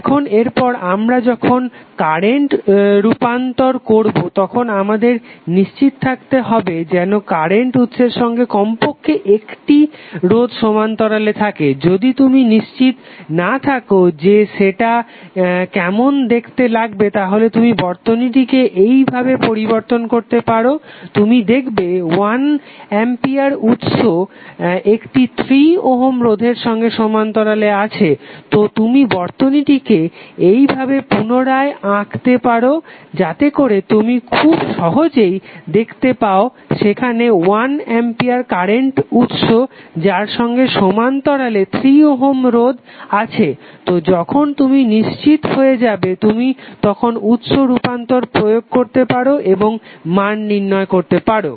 এখন এরপর আমরা যখন কারেন্ট রূপান্তর করবো তখন আমাদের নিশ্চিত থাকতে হবে যেন কারেন্ট উৎসের সঙ্গে কমপক্ষে একটি রোধ সমান্তরালে থাকে যদি তুমি নিশ্চিত না থাকো যে সেটা কেমন দেখতে লাগবে তাহলে তুমি বর্তনীটিকে এইভাবে পরিবর্তিত করতে পারো তুমি দেখবে 1 আম্পিয়ার উৎস একটি 3 ওহম রোধের সঙ্গে সমান্তরালে আছে তো তুমি বর্তনীটিকে এইভাবে পুনরায় আঁকতে পারো যাতে করে তুমি খুব সহজেই দেখতে পাও সেখানে 1 আম্পিয়ার কারেন্ট উৎস যার সঙ্গে সমান্তরালে 3 ওহম রোধ আছে তো যখন তুমি নিশ্চিত হয়ে যাবে তুমি তখন উৎস রূপান্তর প্রয়োগ করতে পারো এবং মান নির্ণয় করতে পারো